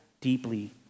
deeply